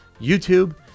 YouTube